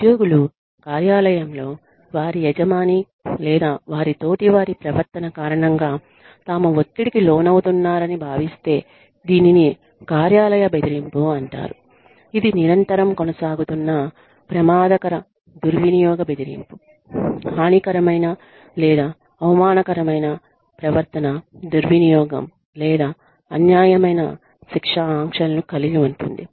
ఉద్యోగులు కార్యాలయంలో వారి యజమాని లేదా వారి తోటివారి ప్రవర్తన కారణంగా తాము ఒత్తిడికి లోనవుతున్నారని భావిస్తే దీనిని కార్యాలయ బెదిరింపు అంటారు ఇది నిరంతరం కొనసాగుతున్న ప్రమాదకర దుర్వినియోగ బెదిరింపు హానికరమైన లేదా అవమానకరమైన ప్రవర్తన దుర్వినియోగం లేదా అన్యాయమైన శిక్షా ఆంక్షలను కలిగి ఉంటుంది